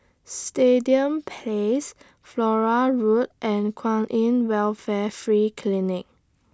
Stadium Place Flora Road and Kwan in Welfare Free Clinic